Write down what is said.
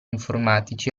informatici